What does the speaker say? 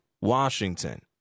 Washington